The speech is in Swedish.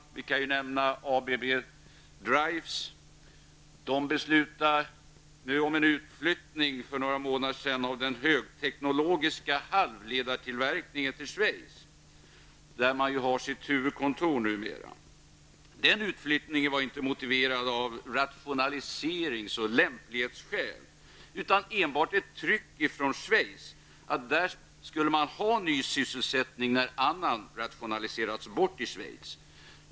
Vi kan nämna att ABB Drives beslutade för några månader sedan om en flyttning av den högteknologiska halvledartillverkningen till Schweiz, där företaget numera har sitt huvudkontor. Den utflyttningen var inte motiverad av rationaliserings eller lämplighetsskäl, utan enbart av ett tryck ifrån Schweiz att man, där skulle ha ny sysselsättning när annan har rationaliserats bort i Schweiz.